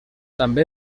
també